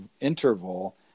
interval